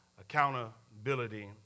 Accountability